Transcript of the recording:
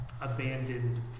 abandoned